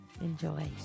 Enjoy